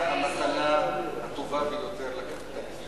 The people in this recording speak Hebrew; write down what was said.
עכשיו התקופה הטובה ביותר לכלכלה,